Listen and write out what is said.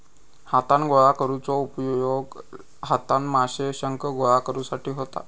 हातान गोळा करुचो उपयोग हातान माशे, शंख गोळा करुसाठी होता